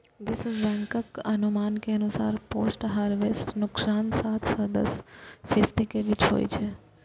विश्व बैंकक अनुमान के अनुसार पोस्ट हार्वेस्ट नुकसान सात सं दस फीसदी के बीच होइ छै